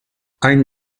ein